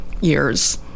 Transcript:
years